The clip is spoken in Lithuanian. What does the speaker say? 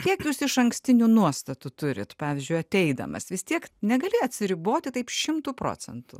kiek jūs išankstinių nuostatų turit pavyzdžiui ateidamas vis tiek negali atsiriboti taip šimtu procentų